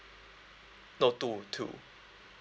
no two two